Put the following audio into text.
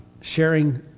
Sharing